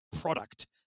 product